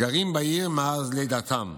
גרים בעיר מאז לידתם,